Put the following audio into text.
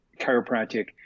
chiropractic